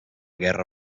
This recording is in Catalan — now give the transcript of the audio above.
guerra